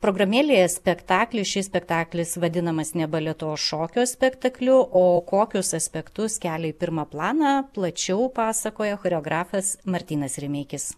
programėlėje spektaklis šis spektaklis vadinamas ne baletu šokio spektakliu o kokius aspektus kelia į pirmą planą plačiau pasakoja choreografas martynas rimeikis